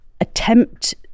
attempt